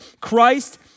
Christ